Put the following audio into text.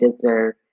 deserve